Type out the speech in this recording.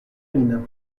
mine